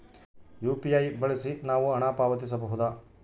UPI ಬಳಸಿ ನಾವು ಹಣ ಪಾವತಿಸಬಹುದಾ?